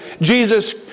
Jesus